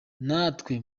ntawe